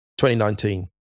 2019